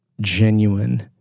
genuine